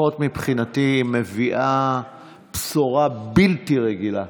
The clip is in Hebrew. לפחות מבחינתי מביאה בשורה בלתי רגילה,